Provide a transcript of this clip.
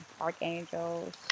archangels